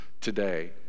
today